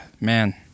Man